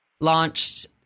launched